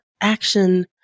action